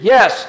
Yes